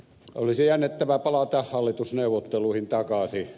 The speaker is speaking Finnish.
olisi jännittävää palata hallitusneuvotteluihin takaisin